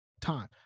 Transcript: time